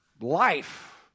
life